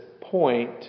point